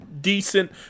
decent